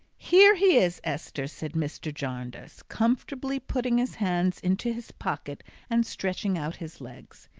here he is, esther, said mr. jarndyce, comfortably putting his hands into his pockets and stretching out his legs.